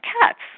cats